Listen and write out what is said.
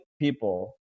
people